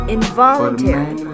Involuntary